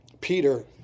Peter